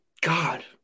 God